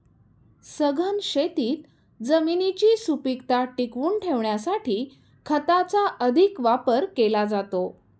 सघन शेतीत जमिनीची सुपीकता टिकवून ठेवण्यासाठी खताचा अधिक वापर केला जातो